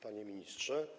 Panie Ministrze!